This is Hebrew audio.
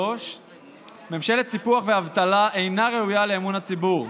3. ממשלת סיפוח ואבטלה אינה ראויה לאמון הציבור,